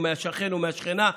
מהשכן או מהשכנה,